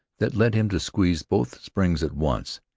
that led him to squeeze both springs at once.